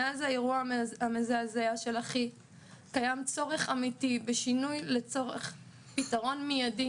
מאז האירוע המזעזע של אחי קיים צורך אמיתי בשינוי לצורך פתרון מיידי